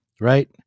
right